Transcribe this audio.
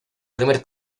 primer